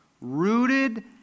rooted